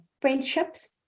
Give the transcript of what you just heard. friendships